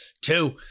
two